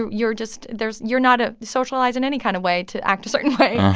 you're just there's you're not ah socialized in any kind of way to act a certain way.